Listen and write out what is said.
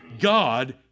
God